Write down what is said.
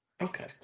Okay